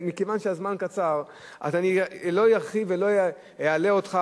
מכיוון שהזמן קצר אני לא ארחיב ולא אלאה אותך,